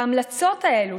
ההמלצות האלו,